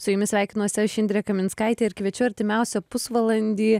su jumis sveikinuosi aš indrė kaminskaitė ir kviečiu artimiausią pusvalandį